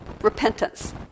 repentance